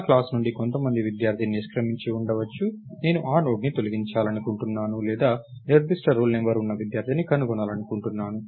నా క్లాస్ నుండి కొంత మంది విద్యార్థి నిష్క్రమించి ఉండవచ్చు నేను ఆ నోడ్ని తొలగించాలనుకుంటున్నాను లేదా నిర్దిష్ట రోల్ నంబర్ ఉన్న విద్యార్థిని కనుగొనాలనుకుంటున్నాను